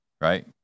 right